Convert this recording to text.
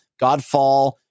Godfall